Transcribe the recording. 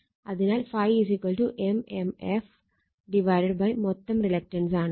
അതിനാൽ ∅ m m f മൊത്തം reluctance ആണ്